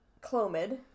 Clomid